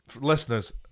listeners